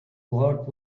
what